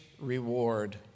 reward